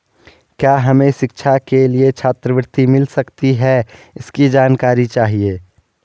क्या हमें शिक्षा के लिए छात्रवृत्ति मिल सकती है इसकी जानकारी चाहिए?